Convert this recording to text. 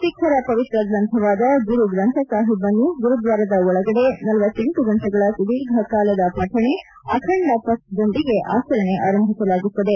ಸಿಖ್ಖರ ಪವಿತ್ರ ಗ್ರಂಥವಾದ ಗುರು ಗ್ರಂಥ ಸಾಹಿಬ್ ಅನ್ನು ಗುರುದ್ವಾರದ ಒಳಗಡೆ ಳಲ ಗಂಟೆಗಳ ಸುದೀರ್ಘ ಕಾಲದ ಪಠಣೆ ಅಖಂಡ ಪಥ್ದೊಂದಿಗೆ ಆಚರಣೆ ಆರಂಭಿಸಲಾಗುತ್ತದೆ